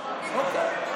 אוקיי,